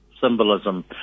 symbolism